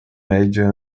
média